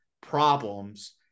problems